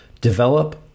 Develop